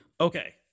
Okay